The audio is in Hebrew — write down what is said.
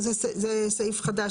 זה סעיף חדש.